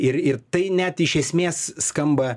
ir ir tai net iš esmės skamba